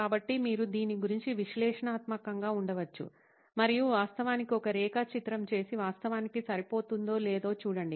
కాబట్టి మీరు దీని గురించి విశ్లేషణాత్మకంగా ఉండవచ్చు మరియు వాస్తవానికి ఒక రేఖాచిత్రం చేసి వాస్తవానికి సరిపోతుందో లేదో చూడండి